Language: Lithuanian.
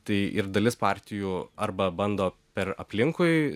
tai ir dalis partijų arba bando per aplinkui